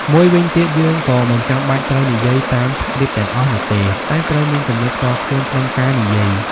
មួយវិញទៀតយើងក៏មិនចាំបាច់ត្រូវនិយាយតាមស្គ្រីបទាំងអស់នោះទេ តែត្រូវមានគំនិតផ្ទាល់ខ្លួនក្នុងការនិយាយ។